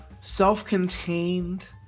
self-contained